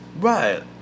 right